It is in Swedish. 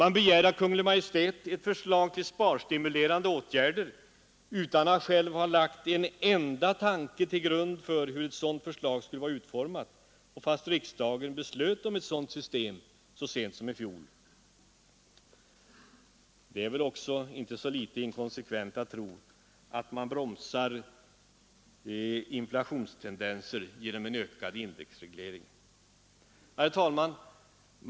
Av Kungl. Maj:t begärs ett förslag till sparstimulerande åtgärder utan att man själv har lagt en enda tanke till grund för hur ett sådant förslag skulle vara utformat och fastän riksdagen så sent som i fjol fattade beslut om ett sådant system. Det är väl inte heller så litet inkonsekvent att tro att man bromsar inflationstendenser genom en ökad indexreglering. Herr talman!